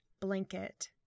blanket